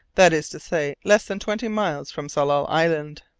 that is to say less than twenty miles, from tsalal island.